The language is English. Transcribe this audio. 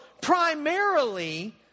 primarily